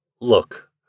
Look